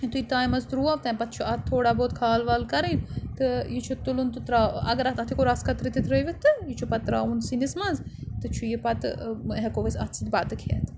یُتھُے تایہِ منٛز ترٛوٗو تَمہِ پَتہٕ چھُ اَتھ تھوڑا بہت کھال وال کَرٕنۍ تہٕ یہِ چھُ تُلُن تہٕ ترٛاو اَگَر اَتھ اَتھ ہیٚکو رَس قَطرٕ تہِ ترٛٲوِتھ تہٕ یہِ چھُ پَتہٕ ترٛاوُن سِنِس منٛز تہٕ چھُ یہِ پَتہٕ ٲن ہیٚکو أسۍ اَتھ سۭتۍ بَتہٕ کھیٚتھ